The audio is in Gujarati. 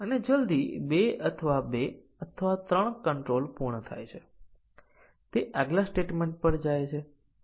અને બીજી ઘણી એપ્લિકેશનો પણ છે જ્યાં આપણી પાસે વીસ કે ત્રીસ એટોમિક કન્ડીશન ઓ ભેગી હોઈ શકે છે